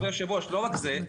כבוד היושב-ראש, רק זה.